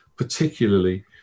particularly